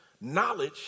Knowledge